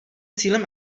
cílem